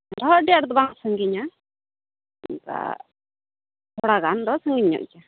ᱰᱟᱦᱟᱨ ᱫᱚ ᱟᱹᱰᱤ ᱟᱸᱴ ᱫᱚ ᱵᱟᱝ ᱥᱟᱺᱜᱤᱧᱟ ᱚᱱᱠᱟ ᱛᱷᱚᱲᱟ ᱜᱟᱱ ᱫᱚ ᱥᱟᱺᱜᱤᱧ ᱧᱚᱜ ᱜᱮᱭᱟ